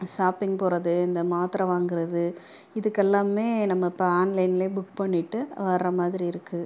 shopping போவது இந்த மாத்திரை வாங்குவது இதுக்கு எல்லாமே நம்ம இப்போ ஆன்லைன்லேயே புக் பண்ணிகிட்டு வர மாதிரி இருக்குது